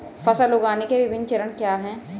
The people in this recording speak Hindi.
फसल उगाने के विभिन्न चरण क्या हैं?